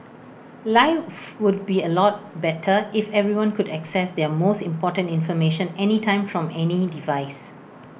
life would be A lot better if everyone could access their most important information anytime from any device